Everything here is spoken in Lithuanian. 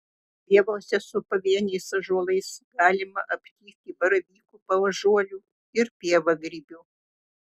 pievose su pavieniais ąžuolais galima aptikti baravykų paąžuolių ir pievagrybių